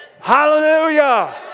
Hallelujah